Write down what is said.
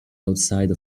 outside